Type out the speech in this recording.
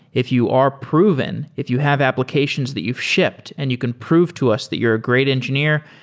if you are proven, if you have applications that you've shipped and you can prove to us that you're a great engineer,